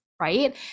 Right